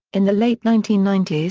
in the late nineteen ninety s,